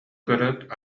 көрөөт